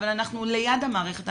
אבל אנחנו ליד המערכת,